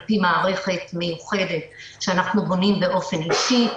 על פי מערכת מיוחדת שאנחנו בונים באופן אישי.